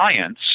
science